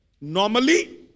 Normally